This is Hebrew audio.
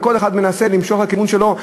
וכל אחד מנסה למשוך לכיוון שלו,